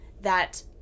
that-